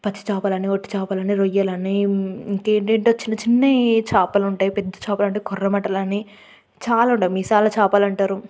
పచ్చి చేపలని ఒట్టి చేపలని రొయ్యలని ఇంకెంటేంటో చిన్న చిన్నవి చేపలు ఉంటాయి పెద్ద చాపలుంటాయ్ కొర్రమట్టలని చాలా ఉంటాయి మీసాల చేపలు అంటారు